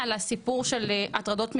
שאני צריכה לדבר עליו הטרדות מיניות.